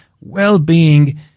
well-being